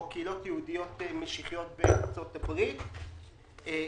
ויש קהילות יהודיות משחיות בארצות הברית שתורמות.